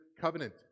covenant